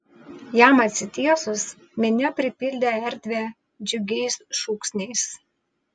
jam atsitiesus minia pripildė erdvę džiugiais šūksniais